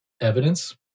evidence